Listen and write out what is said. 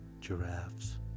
giraffes